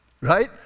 Right